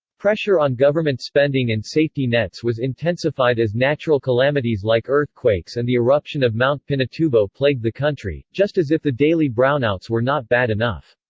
pressure on government spending and safety nets was intensified as natural calamities like earthquakes and the eruption of mt. pinatubo plagued the country, just as if the daily brownouts were not bad enough.